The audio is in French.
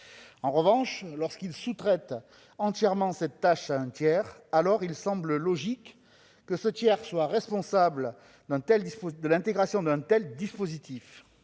En revanche, lorsqu'il sous-traite entièrement cette tâche à un tiers, alors il semble logique que ce tiers soit responsable de l'intégration d'un tel dispositif.